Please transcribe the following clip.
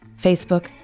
Facebook